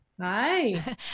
Hi